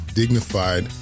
dignified